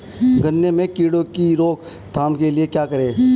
गन्ने में कीड़ों की रोक थाम के लिये क्या करें?